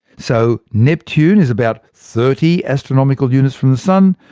so neptune is about thirty astronomical units from the sun,